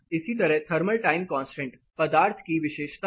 इसी तरह thermal time constant पदार्थ की विशेषता है